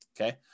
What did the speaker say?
okay